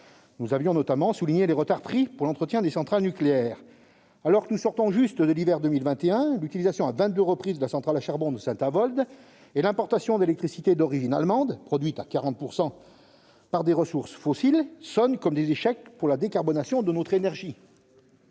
Nous avions notamment souligné les retards pris pour l'entretien des centrales nucléaires. Alors que nous sortons juste de l'hiver 2021, l'utilisation à vingt-deux reprises de la centrale à charbon de Saint-Avold et l'importation d'électricité d'origine allemande, produite à 40 % par des ressources fossiles, sonnent comme des échecs pour la décarbonation de notre énergie.